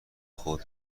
خود